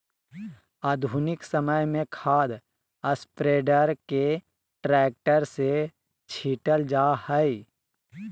आधुनिक समय में खाद स्प्रेडर के ट्रैक्टर से छिटल जा हई